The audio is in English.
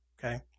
okay